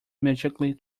magically